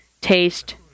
taste